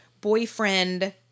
boyfriend